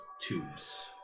tubes